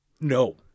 no